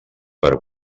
per